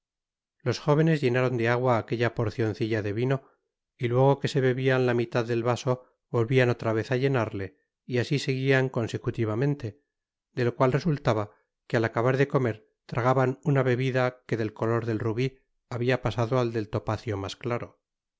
los jóvenes llenaron de agua aquella porcioncilla de vino y luego que se bebian la mitad del vaso volvian otra vez á llenarle y asi seguian consecutivamente de lo cual resultaba que al acabar de comer tragaban una bebida que del color del rubi habia pasado at del topacio mas claro